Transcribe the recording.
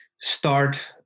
Start